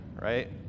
right